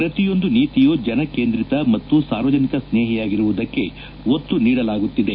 ಪ್ರತಿಯೊಂದು ನೀತಿಯೂ ಜನಕೇಂದ್ರಿತ ಮತ್ತು ಸಾರ್ವಜನಿಕ ಸ್ನೇಹಿಯಾಗಿರುವುದಕ್ಕೆ ಒತ್ತು ನೀಡಲಾಗುತ್ತಿದೆ